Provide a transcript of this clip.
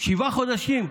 שבעה חודשים,